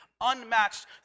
unmatched